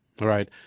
Right